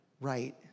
right